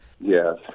Yes